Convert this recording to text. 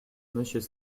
monsieur